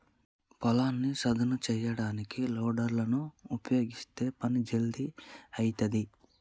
పొలాన్ని సదును చేయడానికి లోడర్ లను ఉపయీగిస్తే పని జల్దీ అయితది